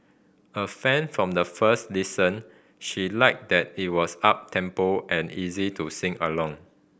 a fan from the first listen she liked that it was uptempo and easy to sing along